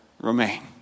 remain